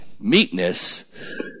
meekness